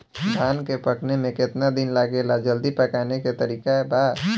धान के पकने में केतना दिन लागेला जल्दी पकाने के तरीका बा?